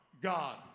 God